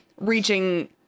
reaching